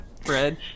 Fred